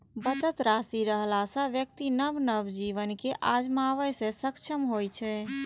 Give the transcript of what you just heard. बचत राशि रहला सं व्यक्ति नव नव चीज कें आजमाबै मे सक्षम होइ छै